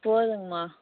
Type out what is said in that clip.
போதுங்கம்மா